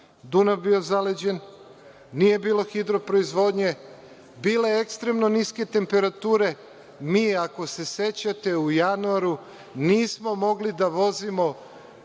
Dunav bio zalađen, nije bilo hidroproizvodnje, bila ekstremno niske temperature. Ako se sećate, u januaru nismo mogli da vozimo